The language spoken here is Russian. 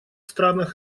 странах